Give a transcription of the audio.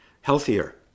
healthier